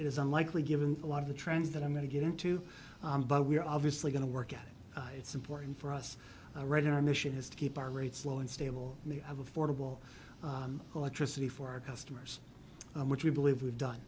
is unlikely given a lot of the trends that i'm going to get into but we're obviously going to work at it it's important for us right in our mission is to keep our rates low and stable and they have affordable electricity for our customers which we believe we've done